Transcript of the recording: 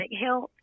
health